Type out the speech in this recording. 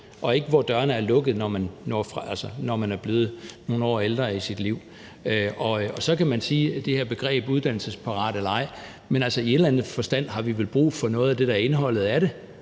og ikke hvor dørene er lukket, når man er blevet nogle år ældre i sit liv. Så kan man tale om det her begreb uddannelsesparat eller ej, men i en eller anden forstand har vi vel brug for noget af det, der er indholdet af det,